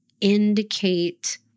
indicate